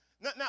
now